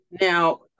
Now